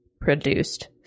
produced